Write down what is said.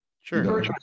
Sure